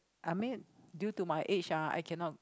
I mean due to my age ah I cannot